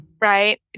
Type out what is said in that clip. right